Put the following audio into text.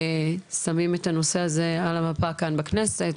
ששמים את הנושא הזה על המפה כאן בכנסת.